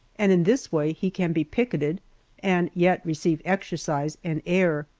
and in this way he can be picketed and yet receive exercise and air.